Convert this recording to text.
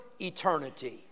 eternity